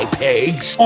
pigs